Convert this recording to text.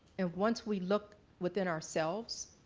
and once we look within ourselves,